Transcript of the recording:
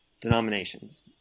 denominations